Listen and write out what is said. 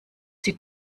die